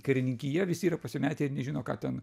karininkija visi yra pasimetę ir nežino ką ten